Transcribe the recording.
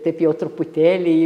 taip jau truputėlį